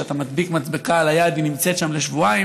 שאתה מדביק מדבקה על היד והיא נמצאת שם לשבועיים,